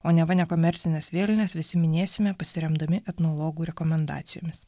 o neva nekomercines vėlines visi minėsime pasiremdami etnologų rekomendacijomis